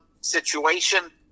situation